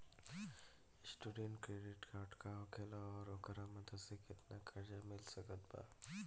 Student credit card का होखेला और ओकरा मदद से केतना कर्जा मिल सकत बा?